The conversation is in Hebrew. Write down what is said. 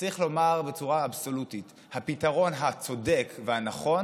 צריך לומר בצורה אבסולוטית: הפתרון הצודק והנכון